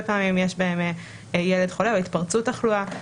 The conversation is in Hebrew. פעמים שיש בהן ילד חולה או התפרצות תחלואה,